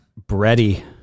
bready